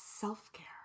self-care